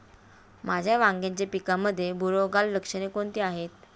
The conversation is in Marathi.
माझ्या वांग्याच्या पिकामध्ये बुरोगाल लक्षणे कोणती आहेत?